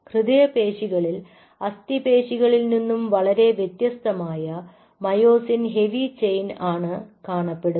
ഹൃദയപേശികളിൽ അസ്ഥിപേശികളിൽനിന്നും വളരെ വ്യത്യസ്തമായ മയോസിൻ ഹെവി ചെയിൻ ആണ് കാണപ്പെടുന്നത്